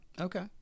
okay